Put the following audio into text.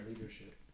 leadership